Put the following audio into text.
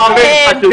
גם העובדות חשובות.